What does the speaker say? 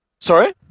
Sorry